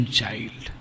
child